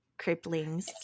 Cripplings